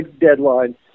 deadline